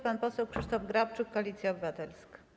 Pan poseł Krzysztof Grabczuk, Koalicja Obywatelska.